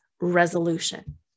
resolution